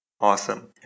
Awesome